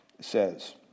says